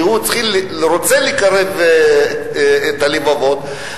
שהוא רוצה לקרב את הלבבות,